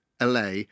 LA